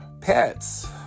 pets